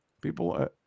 people